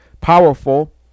powerful